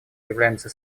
являемся